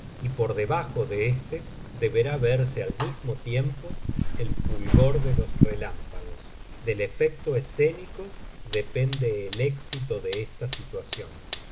y por debajo de é te deberá verse al mismo tiempo el fulgor délos relámpagos del efecto escénico depende el éxito de esta situación